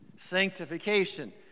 sanctification